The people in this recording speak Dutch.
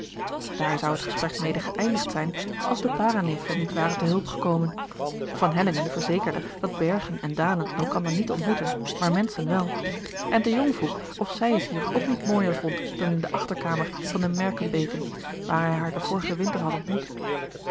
daar zou het gesprek mede geëindigd zijn als de paranimfen niet waren te hulp gekomen van hellingen vergerard keller het testament van mevrouw de tonnette zekerde dat bergen en dalen elkander niet ontmoeten maar menschen wel en de jong vroeg of zij het hier ook niet mooier vond dan in de achterkamer van de merkenbeeken waar hij haar den vorigen winter had ontmoet